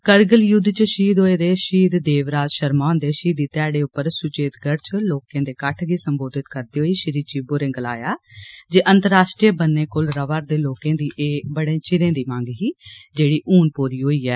कारगिल युद्ध च षहीद होए दे षहीद देवराज षर्मा हुंदे षहीदी ध्याड़ उप्पर सुचेतगढ़ च लोकें दे किट्ठ गी संबोधत करदे होई श्री चिब होरें गलाया जे अंतर्राष्ट्रीय बन्ने कोल रवा'रदे लोकें गी एह् बड़ चिरै दी मंग ही जेह्ड़ी हुन पूरी होई ऐ